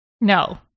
No